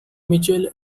mitchell